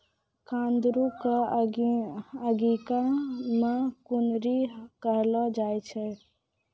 कुंदरू कॅ अंगिका मॅ कुनरी कहलो जाय छै